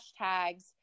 hashtags